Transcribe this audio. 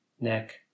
neck